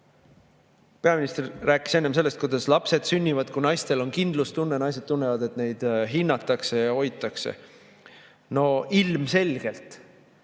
Peaminister rääkis enne sellest, et lapsed sünnivad, kui naistel on kindlustunne, naised tunnevad, et neid hinnatakse ja hoitakse. No ilmselgelt,